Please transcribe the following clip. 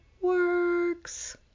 works